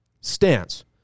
stance